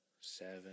seven